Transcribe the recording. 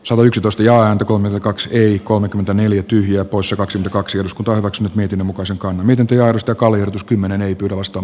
savoy yksitoista ja antakoon kaksi i kolmekymmentäneljä tyhjää poissa kaksi kaksi osku torro x netin osakkaana miten työllistä kaljoitus kymmenen ei tule vastaan